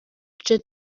duce